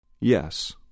Yes